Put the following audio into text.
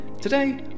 Today